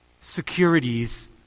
securities